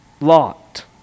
Lot